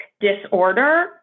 disorder